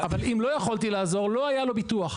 אבל אם לא יכולתי לעזור לא היה לו ביטוח,